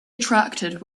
attracted